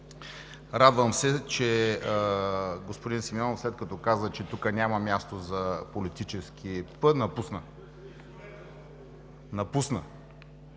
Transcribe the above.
радвам се, че господин Симеонов, след като каза, че тук няма място за политически пън, напусна. Напусна!